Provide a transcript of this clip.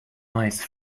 ice